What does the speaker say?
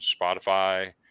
Spotify